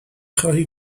خواهی